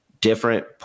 different